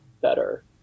better